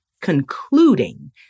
concluding